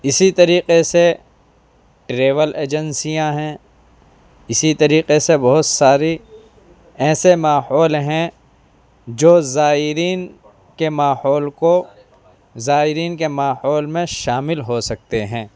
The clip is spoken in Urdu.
اسی طریقے سے ٹریول ایجنسیاں ہیں اسی طریقے سے بہت ساری ایسے ماحول ہیں جو زائرین کے ماحول کو زائرین کے ماحول میں شامل ہو سکتے ہیں